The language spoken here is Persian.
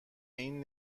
این